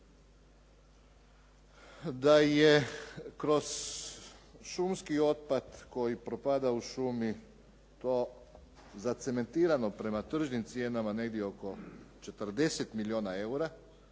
da je kroz šumski otpad koji propada u šumi to zacementirano prema tržnim cijenama negdje oko 40 milijuna eura.